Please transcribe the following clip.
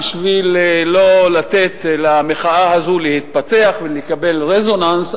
ובשביל לא לתת למחאה הזאת להתפתח ולקבל רזוננס,